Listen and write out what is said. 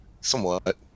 somewhat